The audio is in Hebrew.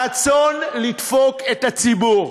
הרצון לדפוק את הציבור,